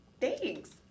thanks